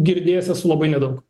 girdėjęs esu labai nedaug